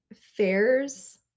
fairs